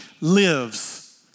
lives